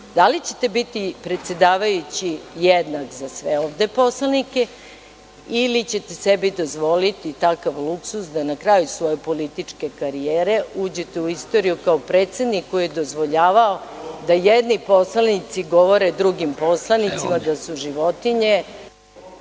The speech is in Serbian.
da li ćete biti predsedavajući jednak za sve ovde poslanike, ili ćete sebi dozvoliti takav luksuz da na kraju svoje političke karijere uđete u istoriju kao predsednik koji je dozvoljavao da jedni poslanici govore drugim poslanicima da su